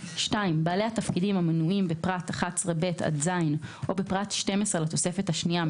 (2)בעלי התפקידים המנויים בפרט 11(ב) עד (ז) או בפרט 12 לתוספת השנייה,